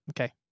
Okay